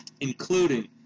Including